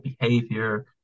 behavior